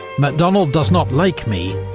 macdonald does not like me,